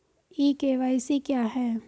ई KYC क्या है?